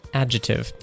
adjective